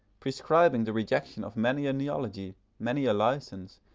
prescribing the rejection of many a neology, many a license,